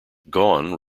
gone